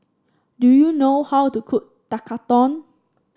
do you know how to cook Tekkadon